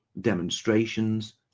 demonstrations